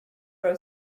grow